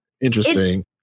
interesting